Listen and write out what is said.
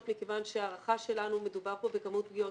מכיוון שלהערכתנו מדובר כאן בכמות תביעות